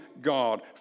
God